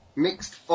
Mixed